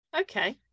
okay